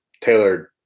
tailored